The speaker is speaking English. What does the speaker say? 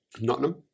Nottingham